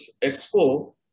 Expo